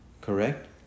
Correct